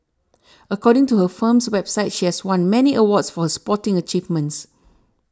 according to her firm's website she has won many awards for her sporting achievements